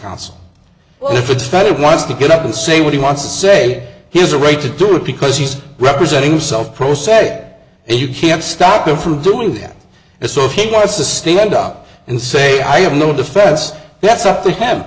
counsel and if it's friday wants to get up and say what he wants to say he has a right to do it because he's representing self pro sag and you can't stop him from doing that and so he wants to stand up and say i have no defense that's up to h